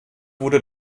wurde